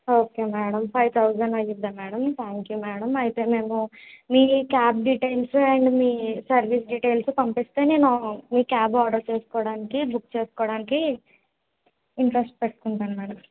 okay madam five thousand అవుతుందా madam thank you madam అయితే మేము మీ క్యాబ్ డీటెయిల్స్ అండ్ మీ సర్వీస్ డీటెయిల్స్ పంపిస్తే నేను మీ క్యాబ్ ఆర్డర్ చేసుకోవడానికి బుక్ చేసుకోవడానికి ఇంట్రెస్ట్ పెట్టుకుంటాను మేడం